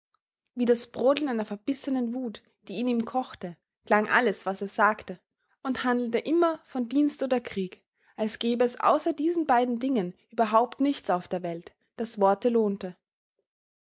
wie das brodeln einer verbissenen wut die in ihm kochte klang alles was er sagte und handelte immer von dienst oder krieg als gäbe es außer diesen beiden dingen überhaupt nichts auf der welt was worte lohnte